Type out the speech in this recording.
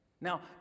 Now